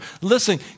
Listen